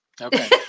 Okay